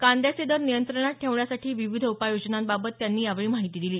कांद्याचे दर नियंत्रणात ठेवण्यासाठी विविध उपाययोजनांबाबत त्यांनी यावेळी माहिती दिली